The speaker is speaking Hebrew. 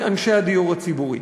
אנשי הדיור הציבורי.